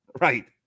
Right